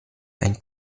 ein